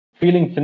feeling